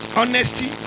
honesty